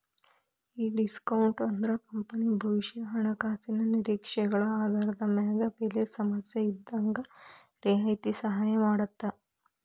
ಈ ಡಿಸ್ಕೋನ್ಟ್ ಅಂದ್ರ ಕಂಪನಿ ಭವಿಷ್ಯದ ಹಣಕಾಸಿನ ನಿರೇಕ್ಷೆಗಳ ಆಧಾರದ ಮ್ಯಾಗ ಬೆಲೆ ಸಮಸ್ಯೆಇದ್ದಾಗ್ ರಿಯಾಯಿತಿ ಸಹಾಯ ಮಾಡ್ತದ